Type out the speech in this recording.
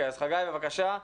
חגי, בבקשה,